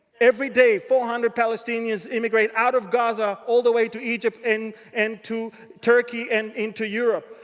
every day, four hundred palestinians immigrate out of gaza, all the way to egypt, and and to turkey, and into europe.